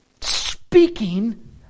speaking